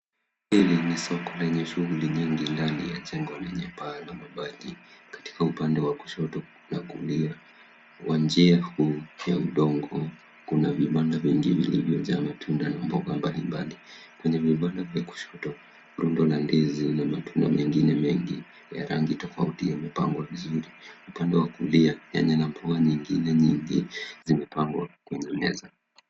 Hili ni soko lenye shughuli nyingi ndani ya jengo lenye paa na mabati. Katika upande wa kushoto, kuna kundi wa njia kuu la udongo kuna vibanda vingine vilivyojaa matunda na mboga mbalimbali. Kwenye vibanda vya kushoto, rundo la ndizi na matunda mengine mengi ya rangi tofauti yamepangwa vizuri. Upanda wa kulia, nyanya na pua nyingine nyingi zimepangwa kwenye meza.